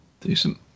Decent